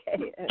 Okay